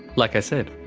like i said,